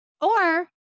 Or-